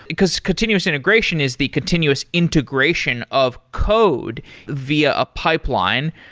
because continuous integration is the continuous integration of code via a pipeline.